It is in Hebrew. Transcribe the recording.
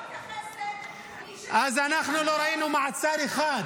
המשטרה מתייחסת --- אז אנחנו לא ראינו מעצר אחד.